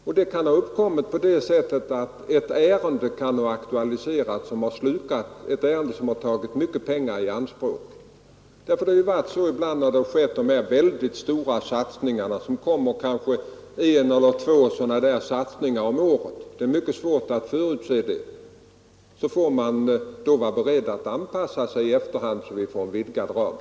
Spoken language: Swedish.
Orsaken kan ha varit att ett ärende snabbt aktualiserats och tagit mycket pengar i anspråk — det har rört sig om väldigt stora satsningar som görs kanske en eller två gånger om året och är mycket svåra att förutse. Då får man vara beredd att anpassa sig i efterhand, så att det blir en vidgad ram.